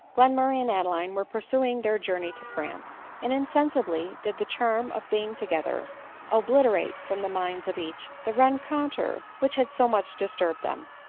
glenmurray and adeline were pursuing their journey to france and insensibly did the charm of being together obliterate from the minds of each the rencontre which had so much disturbed them.